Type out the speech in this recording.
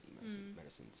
medicines